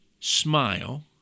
smile